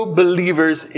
believers